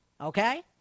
Okay